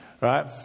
Right